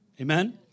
Amen